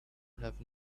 have